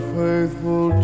faithful